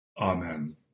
Amen